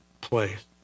place